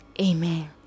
Amen